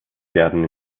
werden